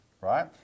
Right